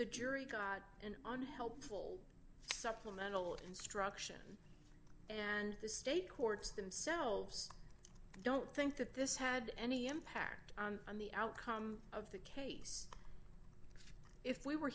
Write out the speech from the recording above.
the jury got an unhelpful supplemental instruction and the state courts themselves don't think that this had any impact on the outcome of the case if we were